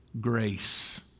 grace